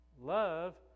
Love